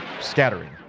scattering